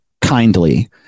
kindly